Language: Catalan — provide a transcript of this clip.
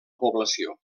població